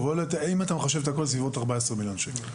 אם אתה מחשב את הכול בסביבות 14 מיליון שקל.